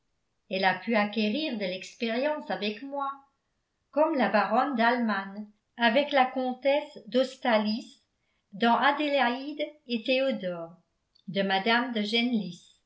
elle a pu acquérir de l'expérience avec moi comme la baronne d'almane avec la comtesse d'ostalis dans adélaïde et théodore de mme de